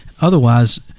Otherwise